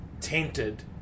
tainted